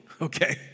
okay